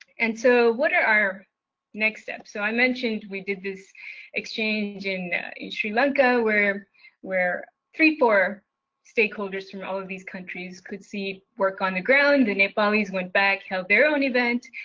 and so what are our next steps? so i mentioned we did this exchange in sri lanka where where three or four stakeholders from all of these countries could see work on the ground and nepalese went back, held their own event,